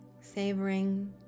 savoring